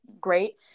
great